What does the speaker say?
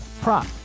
prop